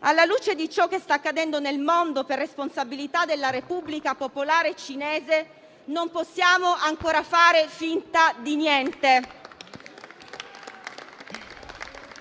Alla luce di ciò che sta accadendo nel mondo per responsabilità della Repubblica popolare cinese, non possiamo ancora fare finta di niente.